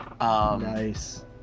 nice